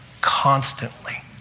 constantly